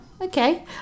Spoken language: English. okay